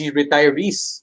retirees